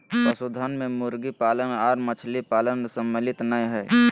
पशुधन मे मुर्गी पालन आर मछली पालन सम्मिलित नै हई